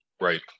right